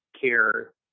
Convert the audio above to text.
care